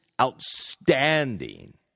outstanding